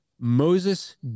Moses